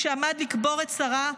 כשעמד לקבור את שרה,